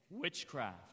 witchcraft